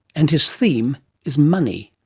and his theme is money.